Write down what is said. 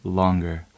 longer